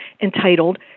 entitled